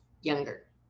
Younger